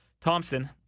Thompson